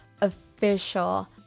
official